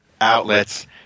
outlets